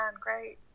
great